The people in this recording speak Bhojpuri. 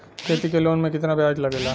खेती के लोन में कितना ब्याज लगेला?